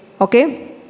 Okay